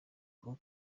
aho